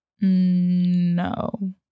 No